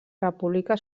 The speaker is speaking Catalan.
república